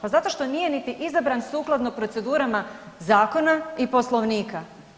Pa zato što nije niti izabran sukladno procedurama zakona i Poslovnika.